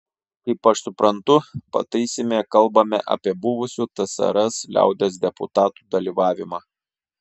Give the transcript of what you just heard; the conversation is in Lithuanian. kaip aš suprantu pataisyme kalbame apie buvusių tsrs liaudies deputatų dalyvavimą